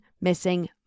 missing